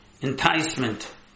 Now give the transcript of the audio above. enticement